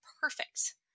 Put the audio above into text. perfect